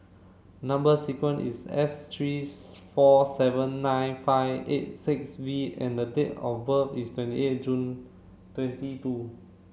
number sequence is S three four seven nine five eight six V and the date of birth is twenty eight June twenty two